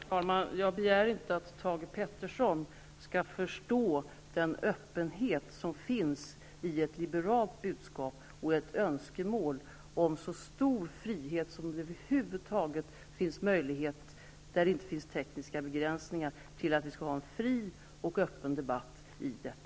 Herr talman! Jag begär inte att Thage Peterson skall förstå den öppenhet som finns i ett liberalt budskap och ett önskemål om så stor frihet som det över huvud taget finns möjlighet till, där det inte finns tekniska begränsningar, så att vi i detta land får en fri och öppen debatt.